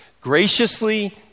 graciously